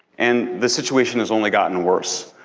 and the situation has only gotten worse.